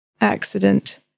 accident